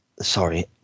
sorry